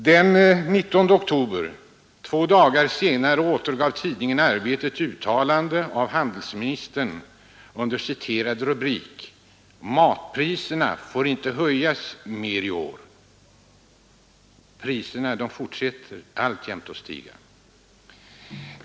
Den 19 oktober återgav tidningen Arbetet ett uttalande av handelsministern i form av en rubrik ”Matpriserna får inte höjas mer i år”. Priserna fortsätter dock alltjämt att stiga.